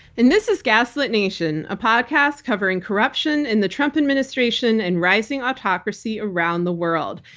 and this is gaslit nation, a podcast covering corruption in the trump administration and rising autocracy around the world.